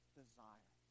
desire